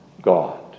God